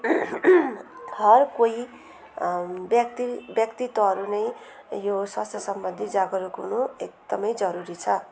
हर कोही व्यक्ति व्यक्तित्वहरू नै यो स्वास्थ्यसम्बन्धी जागरुक हुनु एकदमै जरुरी छ